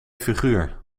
figuur